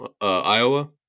Iowa